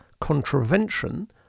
contravention